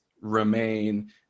remain